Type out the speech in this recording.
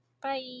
bye